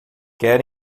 quer